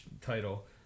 title